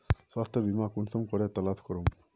स्वास्थ्य बीमा कुंसम करे तलाश करूम?